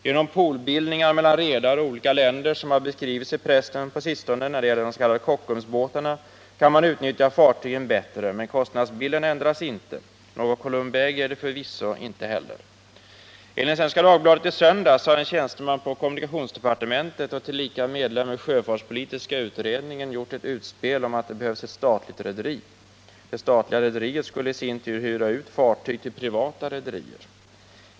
Genom poolbildningar mellan redare och olika länder, såsom har beskrivits i pressen på sistone när det gäller de s.k. Kockumsbåtarna, kan man utnyttja fartygen bättre, men kostnadsbilden ändras inte, och något Celumbi ägg är förvisso inte heller det. Enligt Svenska Dagbladet i söndags har en tjänsteman på kommunikationsdepartementet som tillika är medlem i sjöfartspolitiska utredningen gjort ett utspel om att det behövs ett statligt rederi. Det statliga rederiet skulle i sin tur hyra ut fartyg till privata rederier.